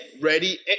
ready